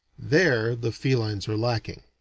there the felines are lacking.